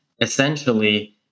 essentially